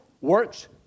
works